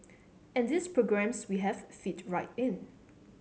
and these programmes we have fit right in